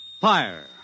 Fire